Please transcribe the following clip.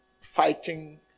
fighting